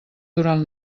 durant